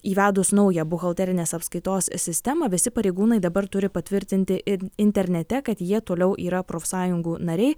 įvedus naują buhalterinės apskaitos sistemą visi pareigūnai dabar turi patvirtinti ir internete kad jie toliau yra profsąjungų nariai